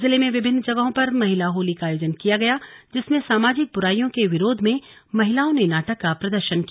जिले में विभिन्न जगहों पर महिला होली का आयोजन किया गया जिसमें सामाजिक बुराईयों के विरोध में महिलाओं ने नाटक का प्रदर्शन किया